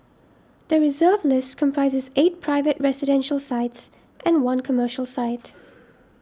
the Reserve List comprises eight private residential sites and one commercial site